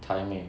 台妹